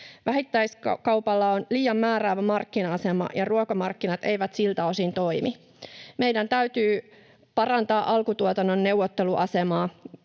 Vähittäiskaupalla on liian määräävä markkina-asema, ja ruokamarkkinat eivät siltä osin toimi. Meidän täytyy parantaa alkutuotannon neuvotteluasemaa